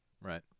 Right